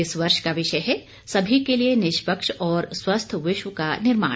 इस वर्ष का विषय है सभी के लिए निष्पक्ष और स्वस्थ विश्व का निर्माण